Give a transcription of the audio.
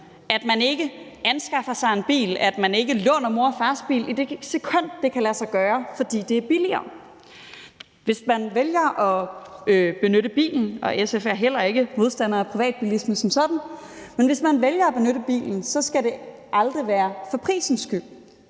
at man ikke anskaffer sig en bil, at man ikke låner mor og fars bil, i det sekund det kan lade sig gøre, fordi det er billigere. Hvis vi vælger at benytte bilen – og SF er heller ikke modstandere af privatbilisme som sådan – skal det aldrig være for prisens skyld.